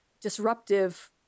disruptive